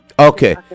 okay